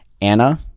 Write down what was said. Anna